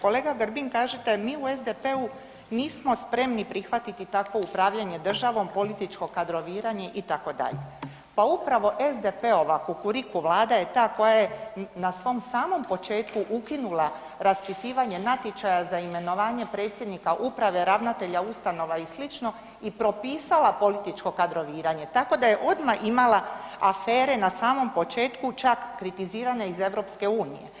Kolega Grbin, kažete, mi u SDP-u nismo spremni prihvatiti takvo upravljanje državom, političko kadroviranje, itd., pa upravo SDP-ova Kukuriku Vlada je ta koja je na svom samom početku ukinula raspisivanje natječaja za imenovanje predsjednika uprave, ravnatelja ustanova i sl., i propisala političko kadroviranje, tako da je odmah imala afere na samom početku, čak kritizirane iz EU.